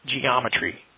geometry